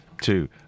two